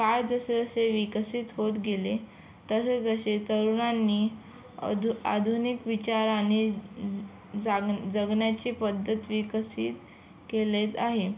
काळ जसे जसे विकसित होत गेले तसे तसे तरुणांनी अधू आधुनिक विचार आणि जाग जगण्याची पद्धत विकसित केलेत आहे